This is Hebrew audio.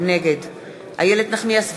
נגד איילת נחמיאס ורבין,